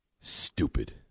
Stupid